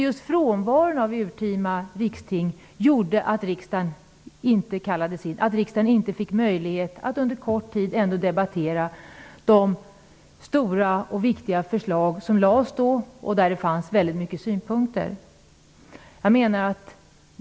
Just frånvaron av urtima riksting gjorde att riksdagen inte kallades in och fick möjlighet att under kort tid debattera de stora och viktiga förslag som då lades fram och som det fanns många synpunkter på.